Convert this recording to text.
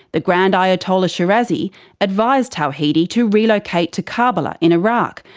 the grand ayatollah shirazi advised tawhidi to relocate to karbala in iraq,